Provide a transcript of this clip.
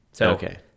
Okay